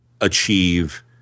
achieve